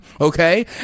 okay